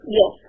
Yes